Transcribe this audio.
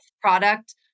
product